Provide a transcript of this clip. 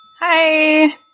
Hi